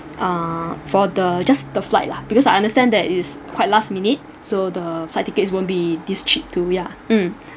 uh for the just the flight lah because I understand that it's quite last minute so the flight tickets won't be this cheap too yeah mm